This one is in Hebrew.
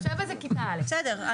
בסדר.